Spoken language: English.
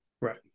right